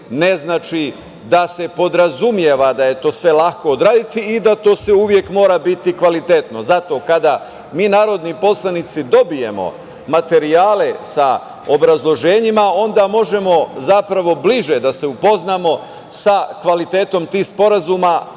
ne znači da se podrazumeva da je sve to lako odraditi i da sve to uvek mora biti kvalitetno. Zato, kada mi narodni poslanici dobijemo materijale sa obrazloženjima, onda možemo zapravo bliže da se upoznamo sa kvalitetom tih sporazuma,